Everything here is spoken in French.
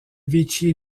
vichy